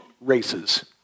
races